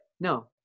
no